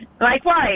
Likewise